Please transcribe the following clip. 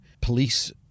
police